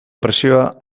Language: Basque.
presioa